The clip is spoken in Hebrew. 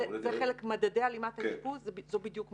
מדדי הלימת האשפוז, זו בדיוק מטרתם.